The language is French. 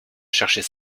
cherchait